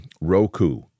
Roku